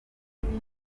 yagize